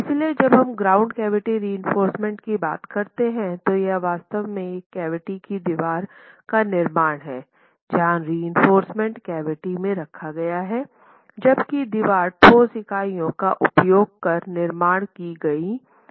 इसलिए जब हम ग्राउटेड कैविटी रएंफोर्रसमेंट की बात करते हैं तो यह वास्तव में एक कैविटी की दीवार का निर्माण है जहां रएंफोर्रसमेंट कैविटी में रखा गया है जबकि दीवार ठोस इकाइयों का उपयोग कर निर्माण की गई है